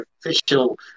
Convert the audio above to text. official